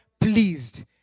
pleased